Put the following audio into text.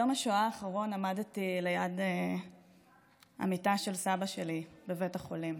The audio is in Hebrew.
ביום השואה האחרון עמדתי ליד המיטה של סבא שלי בבית החולים